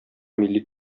милли